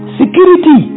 security